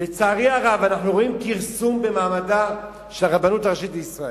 לצערי הרב אנחנו רואים כרסום במעמדה של הרבנות הראשית לישראל.